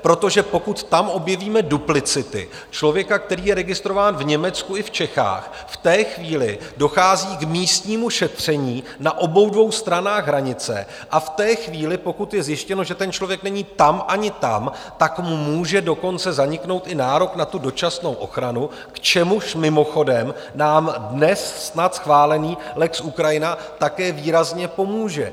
Protože pokud tam objevíme duplicity, člověka, který je registrován v Německu i v Čechách, v tu chvíli dochází k místnímu šetření na obou stranách hranice a v tu chvíli, pokud je zjištěno, že ten člověk není tam ani tam, tak mu může dokonce zaniknout i nárok na dočasnou ochranu, k čemuž mimochodem nám dnes schválený lex Ukrajina také výrazně pomůže.